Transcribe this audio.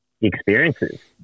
experiences